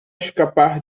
escapar